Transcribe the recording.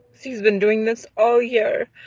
he's been doing this all year.